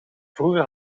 vroeger